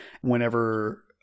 Whenever